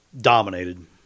dominated